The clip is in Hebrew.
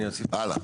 הלאה.